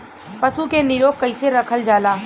पशु के निरोग कईसे रखल जाला?